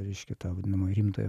reiškia tą vadinamą rimtąją